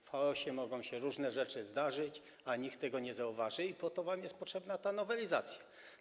W chaosie mogą się różne rzeczy zdarzyć, a nikt tego nie zauważy i po to wam jest potrzebna ta nowelizacja.